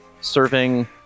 serving